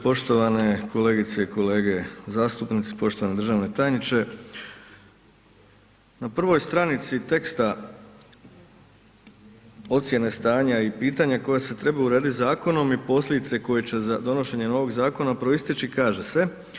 Poštovane kolegice i kolege zastupnici, poštovani državni tajniče na prvoj stranici teksta ocjene stanja i pitanja koja se trebaju urediti zakonom i posljedice koje će donošenjem ovog zakona proisteći kaže se.